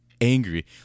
angry